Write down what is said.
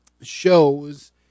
shows